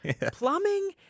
Plumbing